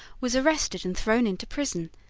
was arrested and thrown into prison,